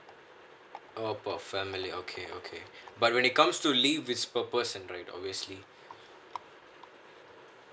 oh for family okay okay but when it comes to leave is per person right obviously